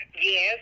yes